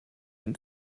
him